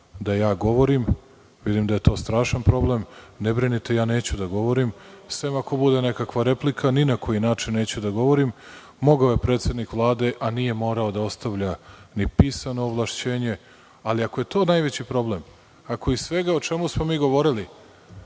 da ja govorim, vidim da je to strašan problem, ne brinite neću da govorim sem ako bude nekakva replika, ni na koji način neću da govorim. Mogao je predsednik Vlade, a nije morao da ostavlja ni pisano ovlašćenje, ali ako je to najveći problem, ako iz svega o čemu smo govorili